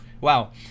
Wow